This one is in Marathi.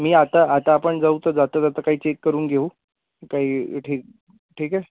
मी आता आता आपण जाऊ तर जाता जाता काही चेक करून घेऊ काही ठीक ठीक आहे